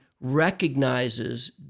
recognizes